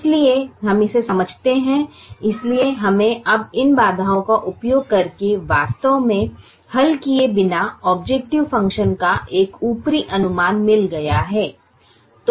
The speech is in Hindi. इसलिए हम इसे समझते हैं इसलिए हमें अब इन बाधाओं का उपयोग करके वास्तव में हल किए बिना ऑबजेकटिव फ़ंक्शन का एक ऊपरी अनुमान मिल गया है